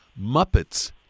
Muppets